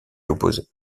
opposer